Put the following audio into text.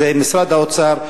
זה משרד האוצר,